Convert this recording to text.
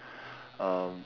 um